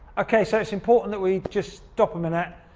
okay so it's important that we just stop a minute.